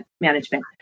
management